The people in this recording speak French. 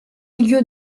lieu